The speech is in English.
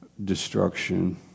Destruction